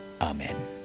amen